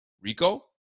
Rico